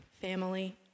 family